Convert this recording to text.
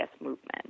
movement